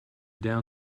down